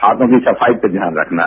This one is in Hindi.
हाथों की सफाई पर ध्यान रखना है